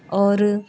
ਔਰ